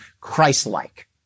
Christ-like